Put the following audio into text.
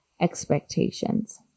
expectations